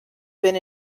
been